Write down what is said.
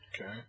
Okay